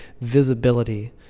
visibility